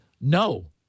no